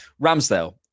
Ramsdale